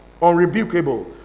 unrebukable